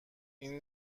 این